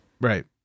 Right